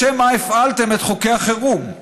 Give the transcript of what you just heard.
לשם מה הפעלתם את חוקי החירום?